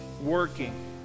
working